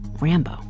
Rambo